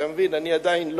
אתה מבין, אני עדיין לא,